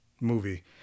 movie